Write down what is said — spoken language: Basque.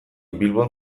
bilbon